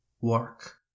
Work